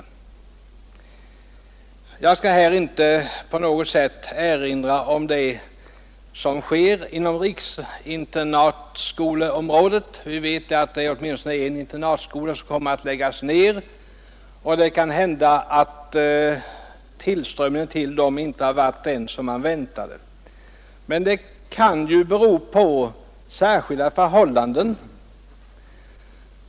Jag skall inte på något sätt erinra om det som sker inom riksinternatskoleområdet. Vi vet att åtminstone en internatskola kommer att läggas ned. Det kan ju hända att tillströmningen till dessa skolor inte har varit den som man väntade, men detta kan ju bero på särskilda förhållanden.